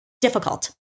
difficult